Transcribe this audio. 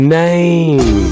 name